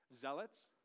Zealots